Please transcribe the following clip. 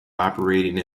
operating